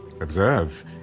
Observe